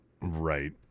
Right